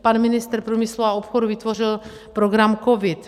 Pan ministr průmyslu a obchodu vytvořil program COVID.